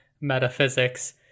metaphysics